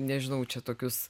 nežinau čia tokius